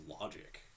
Logic